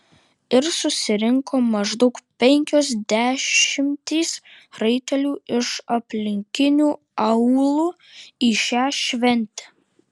ir susirinko maždaug penkios dešimtys raitelių iš aplinkinių aūlų į šią šventę